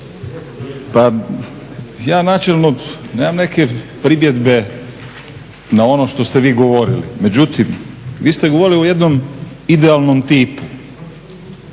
pa ja načelno nemam neke primjedbe na ono što ste vi govorili, međutim vi ste govorili o jednom idealnom tipu